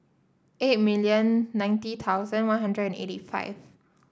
eight million ninety thousand One Hundred and eighty five